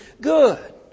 good